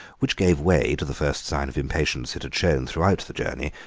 which gave way to the first sign of impatience it had shown throughout the journey,